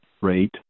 rate